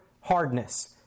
hardness